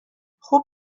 خوب